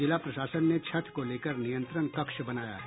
जिला प्रशासन ने छठ को लेकर नियंत्रण कक्ष बनाया है